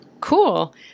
cool